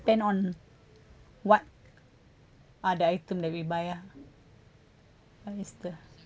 ~pend on what are the item that we buy ah what is the